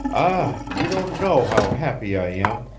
ah, you don't know how happy i am,